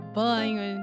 banho